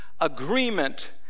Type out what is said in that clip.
agreement